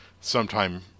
sometime